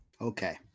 Okay